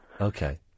Okay